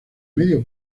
medio